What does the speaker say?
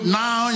now